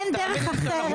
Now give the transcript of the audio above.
אין דרך אחרת,